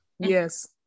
yes